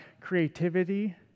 creativity